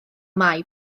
mai